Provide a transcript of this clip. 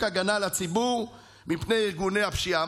הגנה על הציבור מפני ארגוני הפשיעה.